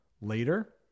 later